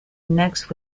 next